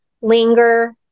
linger